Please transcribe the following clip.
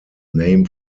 name